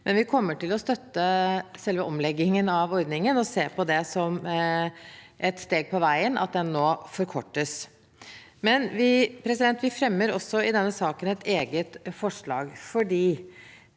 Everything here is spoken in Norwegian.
vi kommer til å støtte selve omleggingen av ordningen og ser på det som et steg på veien at den nå forkortes. Vi fremmer også et eget forslag